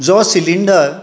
जो सिलींडर